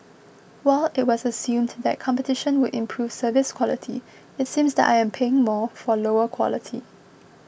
while it was assumed that competition would improve service quality it seems that I am paying more for lower quality